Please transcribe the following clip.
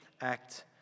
act